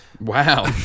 wow